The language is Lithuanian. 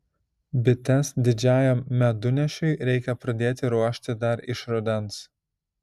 bites didžiajam medunešiui reikia pradėti ruošti dar iš rudens